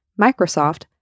Microsoft